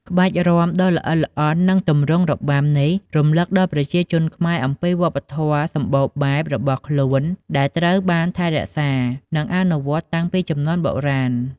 ក្បាច់រាំដ៏ល្អិតល្អន់ និងទម្រង់របាំនេះ រំលឹកដល់ប្រជាជនខ្មែរអំពីវប្បធម៌សម្បូរបែបរបស់ខ្លួន ដែលត្រូវបានថែរក្សា និងអនុវត្តតាំងពីជំនាន់បុរាណ។